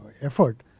effort